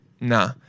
nah